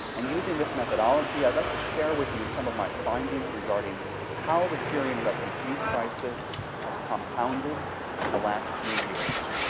and using this methodology i would like to share with you some of my findings regarding how the syrian refugee crisis has compounded in the last few years